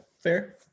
Fair